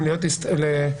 מה היא השאלה או הפנייה?